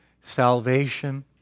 Salvation